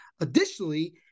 Additionally